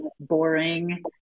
boring